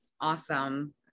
Awesome